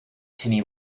timmy